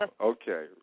Okay